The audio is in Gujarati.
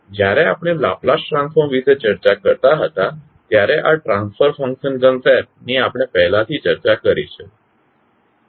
જ્યારે આપણે લાપ્લાસ ટ્રાન્સફોર્મ વિશે ચર્ચા કરતા હતા ત્યારે આ ટ્રાન્સફર ફંક્શન કન્સેપ્ટ ની આપણે પહેલાથી ચર્ચા કરી છે